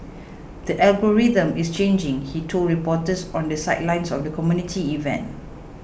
the algorithm is changing he told reporters on the sidelines of the community event